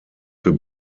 für